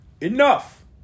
Enough